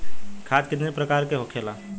खाद कितने प्रकार के होखेला?